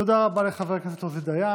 תודה רבה לחבר הכנסת עוזי דיין.